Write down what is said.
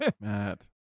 Matt